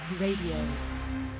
Radio